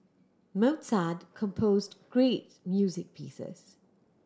Mozart composed great music pieces